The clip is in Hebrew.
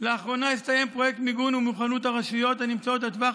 לאחרונה הסתיים פרויקט מיגון ומוכנות הרשויות הנמצאות עד טווח